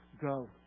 go